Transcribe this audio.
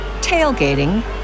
tailgating